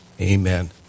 Amen